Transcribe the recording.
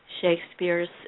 Shakespeare's